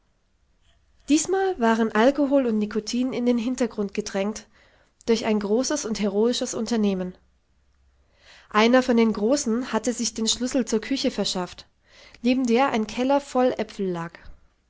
diesmal waren alkohol und nikotin in den hintergrund gedrängt durch ein großes und heroisches unternehmen einer von den großen hatte sich den schlüssel zur küche verschafft neben der ein keller voll äpfel lag